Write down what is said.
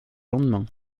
lendemain